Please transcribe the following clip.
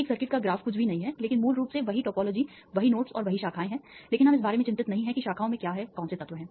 एक सर्किट का ग्राफ कुछ भी नहीं है लेकिन मूल रूप से वही टोपोलॉजी वही नोड्स और शाखाएं हैं लेकिन हम इस बारे में चिंतित नहीं हैं कि शाखाओं में क्या है कौन से तत्व हैं